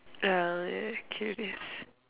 ah curious